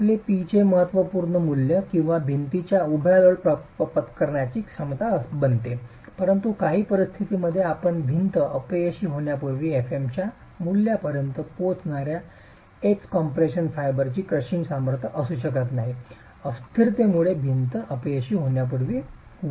ते आपले P चे महत्त्वपूर्ण मूल्य किंवा भिंतीच्या उभ्या लोड पत्करण्याची क्षमता बनते परंतु काही परिस्थितींमध्ये आपण भिंत अपयशी होण्यापूर्वी fm च्या मूल्यापर्यंत पोहोचणार्या एज कॉम्प्रेशन फायबरची क्रशिंग सामर्थ्य असू शकत नाही अस्थिरतेमुळे भिंत अपयशी होण्यापूर्वी आहे